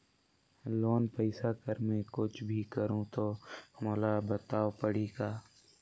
Loan पइसा कर मै कुछ भी करहु तो मोला बताव पड़ही का?